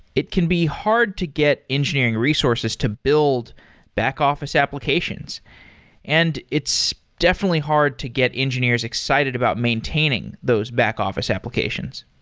it can be hard to get engineering resources to build back-office applications and it's definitely hard to get engineers excited about maintaining those back-office applications.